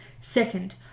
Second